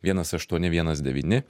vienas aštuoni vienas devyni